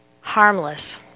harmless